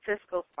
fiscal